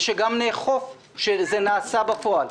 ושגם נאכוף שזה נעשה בפועל,